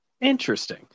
interesting